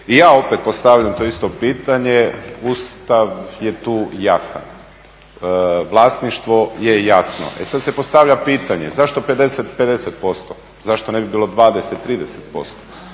Ja opet postavljam to isto pitanje. Ustav je tu jasan, vlasništvo je jasno. E sad se postavlja pitanje zašto 50-50%, zašto ne bi bilo 20-30%?